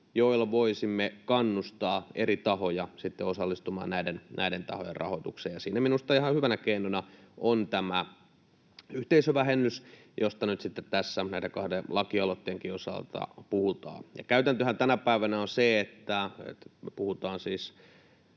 joilla voisimme kannustaa eri tahoja osallistumaan näiden tahojen rahoitukseen. Siinä minusta ihan hyvänä keinona on tämä yhteisövähennys, josta nyt tässä näiden kahden lakialoitteenkin osalta puhutaan. Käytäntöhän tänä päivänä on se, että puhutaan siis